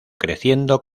creciendo